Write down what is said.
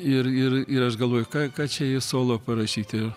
ir ir ir aš galvoju ką čia jai solo parašyt ir